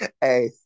hey